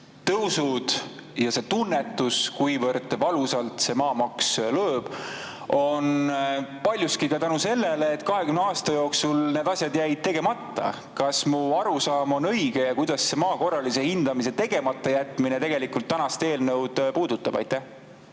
tõusud ja see tunnetus, kui valusalt maamaks nüüd lööb, on paljuski ka seetõttu, et 20 aasta jooksul jäid need asjad tegemata. Kas mu arusaam on õige ja kuidas see maa korralise hindamise tegemata jätmine tegelikult tänast eelnõu puudutab?